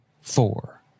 four